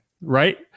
Right